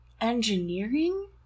engineering